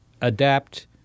Adapt